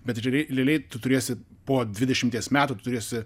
bet realiai realiai tu turėsi po dvidešimties metų tu turėsi